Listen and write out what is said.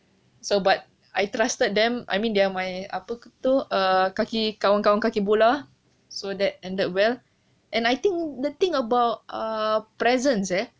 so but I trusted them I mean they are my apa ke tu ah kawan-kawan kaki bola so that ended well and I think the thing about a presents eh